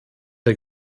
der